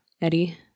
Eddie